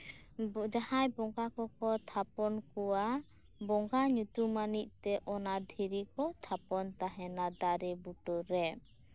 ᱡᱟᱦᱟᱸᱭ ᱵᱚᱸᱜᱟ ᱠᱚᱠᱚ ᱛᱷᱟᱯᱚᱱ ᱠᱚᱣᱟ ᱵᱚᱸᱜᱟ ᱧᱩᱛᱩᱢᱟᱹᱱᱤᱡ ᱛᱮ ᱚᱱᱟ ᱫᱷᱤᱨᱤᱠᱚ ᱛᱷᱟᱯᱚᱱ ᱛᱟᱦᱮᱱᱟ ᱫᱟᱨᱮ ᱵᱩᱴᱟᱹ ᱨᱮ